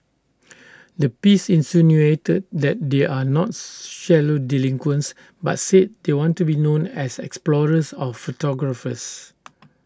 the piece insinuated that they are not shallow delinquents but said they want to be known as explorers or photographers